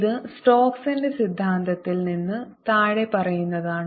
ഇത് സ്റ്റോക്സിന്റെ സിദ്ധാന്തത്തിൽ നിന്ന് താഴെ പറയുന്നതാണ്